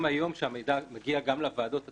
גם היום, כשהמידע מגיע גם לוועדות עצמן,